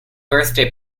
birthday